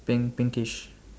pink pinkish